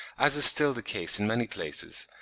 as is still the case in many places,